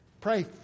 Pray